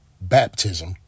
Baptism